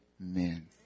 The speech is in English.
Amen